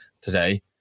today